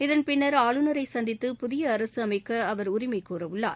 இதன் பின்னா் ஆளுநரை சந்தித்து புதிய அரசு அமைக்க அவர் உரிமை கோரவுள்ளார்